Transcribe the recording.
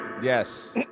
Yes